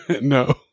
No